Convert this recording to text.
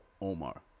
Omar